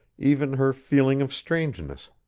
even her feeling of strangeness,